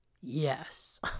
yes